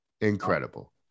Incredible